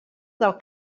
del